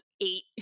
eight